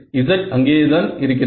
z அங்கேயேதான் இருக்கிறது